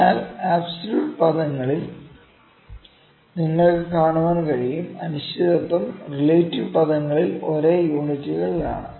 അതിനാൽ അബ്സോല്യൂട്ട് പദങ്ങളിൽ നിങ്ങൾക്ക് കാണാൻ കഴിയും അനിശ്ചിതത്വം റിലേറ്റീവ് പദങ്ങളിൽ ഒരേ യൂണിറ്റുകളിലാണ്